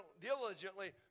diligently